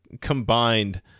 combined